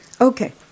Okay